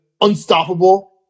unstoppable